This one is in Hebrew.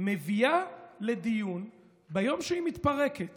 מביאה לדיון ביום שהיא מתפרקת